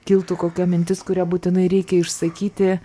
kiltų kokia mintis kurią būtinai reikia išsakyti